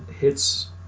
hits